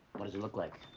what does it look like?